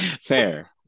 fair